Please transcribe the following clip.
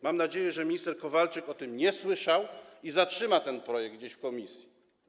Mam nadzieję, że minister Kowalczyk o tym nie słyszał i zatrzyma ten projekt gdzieś w komisji.